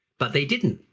but they didn't.